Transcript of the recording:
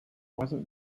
wasn’t